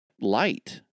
light